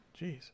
jeez